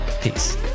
peace